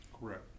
Correct